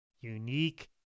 unique